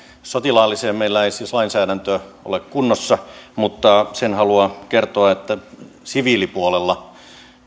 sotilaalliseen meillä ei siis lainsäädäntö ole kunnossa mutta sen haluan kertoa että siviilipuolella